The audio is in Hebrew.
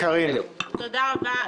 קארין, בבקשה.